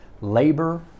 Labor